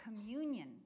communion